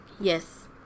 Yes